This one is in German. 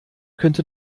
könnte